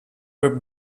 were